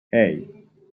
hey